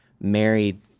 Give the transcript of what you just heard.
married